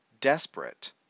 desperate